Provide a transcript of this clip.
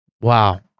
wow